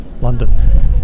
London